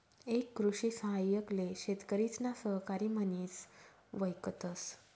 एक कृषि सहाय्यक ले शेतकरिसना सहकारी म्हनिस वयकतस